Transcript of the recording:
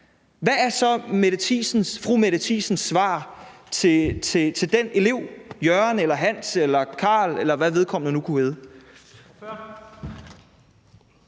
hvad er så fru Mette Thiesens svar til den elev – Jørgen eller Hans eller Karl, eller hvad vedkommende nu kunne hedde?